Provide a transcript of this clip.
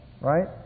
Right